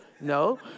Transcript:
No